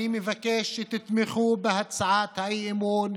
אני מבקש שתתמכו בהצעת האי-אמון,